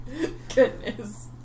Goodness